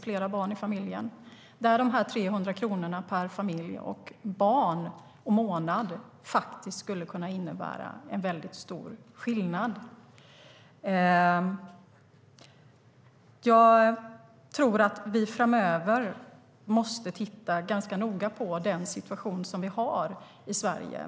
För dem kan dessa 300 kronor per barn och månad innebära en väldigt stor skillnad. Jag tror att vi framöver måste titta ganska noga på den situation vi har i Sverige.